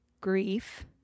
grief